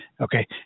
Okay